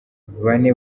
bane